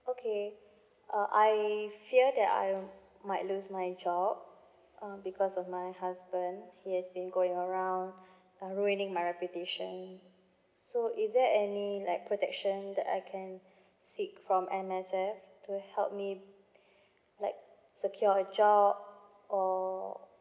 okay uh I fear that I might lose my job uh because of my husband he has been going around uh ruining my reputation so is there any like protection that I can seek from M_S_F to help me like secure a job or